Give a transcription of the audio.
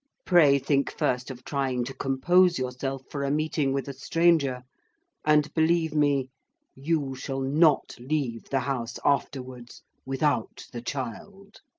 pray think first of trying to compose yourself for a meeting with a stranger and believe me you shall not leave the house afterwards without the child.